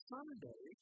Sunday